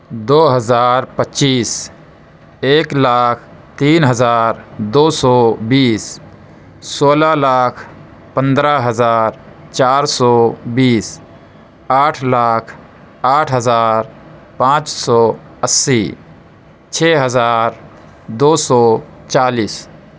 دو ہزار پچیس ایک لاکھ تین ہزار دو سو بیس سولہ لاکھ پندرہ ہزار چار سو بیس آٹھ لاکھ آٹھ ہزار پانچ سو اسی چھ ہزار دو سو چالیس